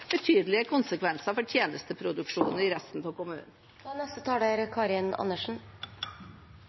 betydelige konsekvenser for tjenesteproduksjonen i resten av kommunen. Jeg tror dette er